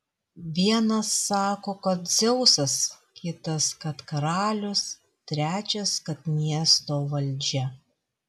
vienas sako kad dzeusas kitas kad karalius trečias kad miesto valdžia